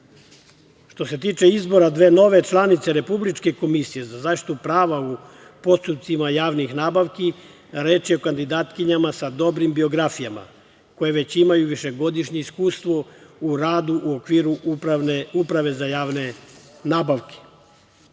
se tiče izbora dve nove članice Republičke komisije za zaštitu prava u postupcima javnih nabavki, reč je o kandidatkinjama sa dobrim biografijama, koje već imaju višegodišnje iskustvo u radu u okviru Uprave za javne nabavke,